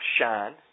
shine